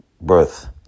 birth